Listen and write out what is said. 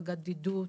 הפגת בדידות,